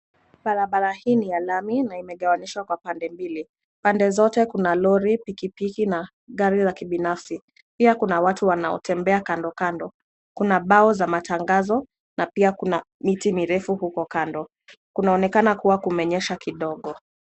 Barabara hii ni ya lami na imegaganishwa kwa pande mbili. Pande zote kuna lori, pikipiki na gari la kibinafsi pia kuna watu wanaotembea kando kando. Kuna bao za matangazo na pia kuna mitu mirefu huko kando. Kunaonekana kuwa kumenyesha kidogo.